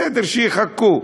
בסדר, שיחכו,